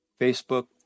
Facebook